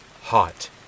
Hot